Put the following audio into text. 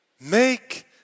Make